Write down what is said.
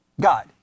God